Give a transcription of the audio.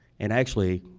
and actually,